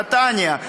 נתניה,